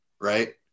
right